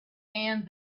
and